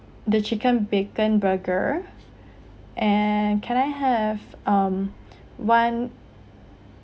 the chicken bacon burger and can I have um one